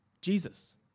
Jesus